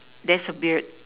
there's a beard